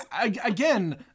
Again